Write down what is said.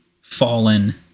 fallen